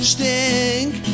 Stink